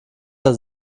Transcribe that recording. der